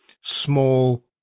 small